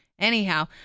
Anyhow